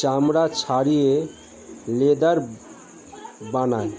চামড়া ছাড়িয়ে লেদার বানায়